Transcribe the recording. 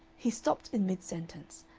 he stopped in mid-sentence,